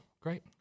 great